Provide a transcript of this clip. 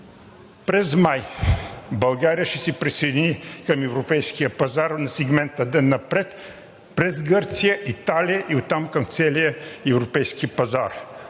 месец май България ще се присъедини към Европейския пазар на сегмента „Ден напред“ през Гърция, Италия и оттам към целия Европейски пазар.